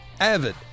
AVID